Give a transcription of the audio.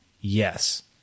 Yes